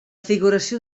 figuració